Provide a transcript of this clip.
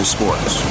Sports